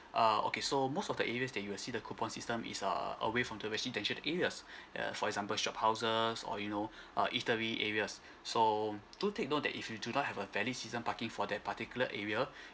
err okay so most of the areas that you see the coupon system is err away from the residential areas uh for example shophouses or you know uh eatery areas so do take note that if you do not have a valid season parking for that particular area